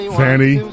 fanny